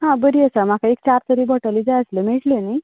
हां बरी आसा म्हाका एक चार तरी बॉटली जाय आसल्यो मेळटल्यो न्हय